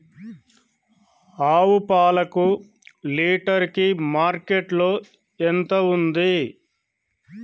ఆవు పాలకు లీటర్ కి మార్కెట్ లో ఎంత ఉంది?